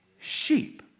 sheep